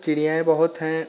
चिड़िया बहुत हैं